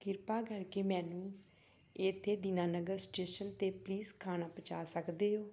ਕਿਰਪਾ ਕਰਕੇ ਮੈਨੂੰ ਇੱਥੇ ਦੀਨਾਨਗਰ ਸਟੇਸ਼ਨ 'ਤੇ ਪਲੀਜ਼ ਖਾਣਾ ਪਹੁੰਚਾ ਸਕਦੇ ਹੋ